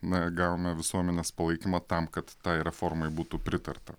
na gavome visuomenės palaikymą tam kad tai reformai būtų pritarta